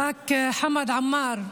חה"כ חמד עמאר,